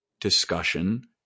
discussion